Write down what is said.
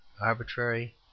arbitrary